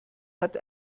hat